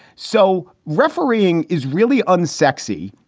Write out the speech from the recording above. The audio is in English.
so refereeing is really unsexy.